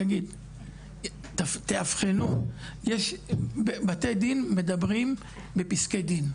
גברתי, תבחינו, בתי דין מדברים בפסקי דין.